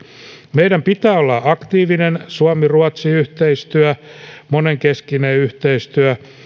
meidän pitää olla aktiivinen suomi ruotsi yhteistyö monenkeskinen yhteistyö